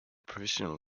professional